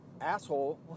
asshole